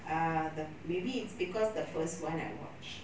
err the maybe it's because the first one I watched